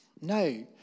No